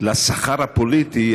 לשכר הפוליטי,